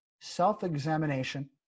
self-examination